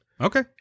Okay